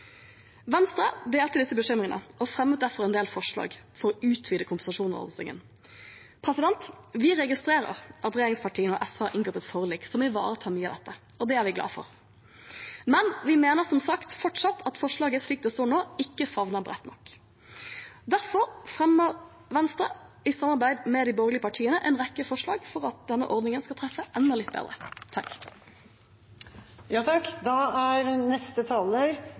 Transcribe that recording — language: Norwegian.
Venstre delte disse bekymringene og fremmet derfor en del forslag for å utvide kompensasjonsordningen. Vi registrerer at regjeringspartiene og SV har inngått et forlik som ivaretar mye av dette, og det er vi glad for, men vi mener som sagt fortsatt at forslaget slik det står nå, ikke favner bredt nok. Derfor fremmer Venstre – i samarbeid med de borgerlige partiene – en rekke forslag for at denne ordningen skal treffe enda litt bedre. Noen mener at konkurransedrevet næringsliv er